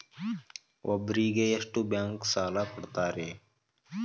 ಒಬ್ಬರಿಗೆ ಎಷ್ಟು ಬ್ಯಾಂಕ್ ಸಾಲ ಕೊಡ್ತಾರೆ?